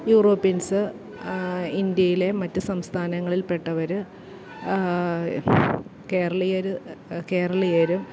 Europeans ഇന്ത്യയിലെ മറ്റു സംസ്ഥാനങ്ങളിൽപ്പെട്ടവർ കേരളീയർ കേരളീയരും